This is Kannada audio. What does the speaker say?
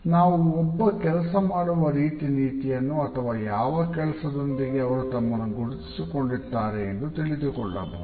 ನಾವು ಒಬ್ಬ ಕೆಲಸ ಮಾಡುವ ರೀತಿ ನೀತಿಯನ್ನು ಅಥವಾ ಯಾವ ಕೆಲಸದೊಂದಿಗೆ ಅವರು ತಮ್ಮನ್ನು ಗುರಿತಿಸಿಕೊಂಡಿದ್ದಾರೆ ಎಂದು ತಿಳಿದುಕೊಳ್ಳಬಹುದು